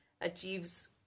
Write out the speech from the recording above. Achieves